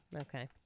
Okay